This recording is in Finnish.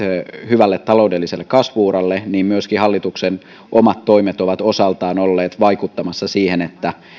hyvälle taloudelliselle kasvu uralle niin myöskin hallituksen omat toimet ovat olleet osaltaan olleet vaikuttamassa siihen että